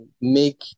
make